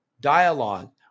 dialogue